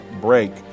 break